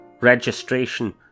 registration